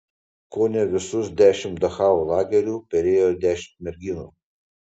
kone visus dešimt dachau lagerių perėjo dešimt merginų